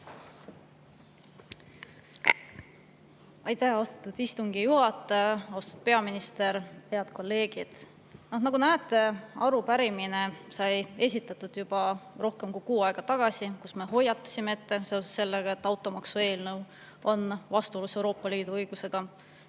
Aitäh, austatud istungi juhataja! Austatud peaminister! Head kolleegid! Nagu näete, arupärimine sai esitatud juba rohkem kui kuu aega tagasi, kui me hoiatasime, et seoses sellega, et automaksu eelnõu on vastuolus Euroopa Liidu õigusega,